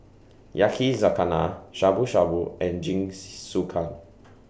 Yakizakana Shabu Shabu and Jingisukan